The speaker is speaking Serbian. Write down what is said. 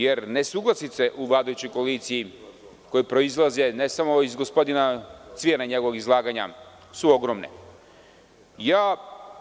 Jer, nesuglasice u vladajućoj koaliciji koje proizlaze ne samo od gospodina Cvijana i njegovog izlaganja, ogromne su.